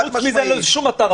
חוץ מזה, אין לזה שום מטרה.